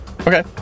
Okay